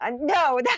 No